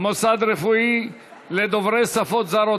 מוסד רפואי לדוברי שפות זרות),